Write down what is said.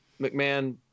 McMahon